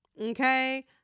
okay